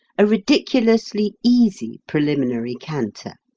a ridiculously easy preliminary canter.